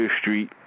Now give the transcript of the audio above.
Street